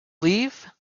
leave